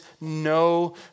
no